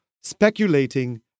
speculating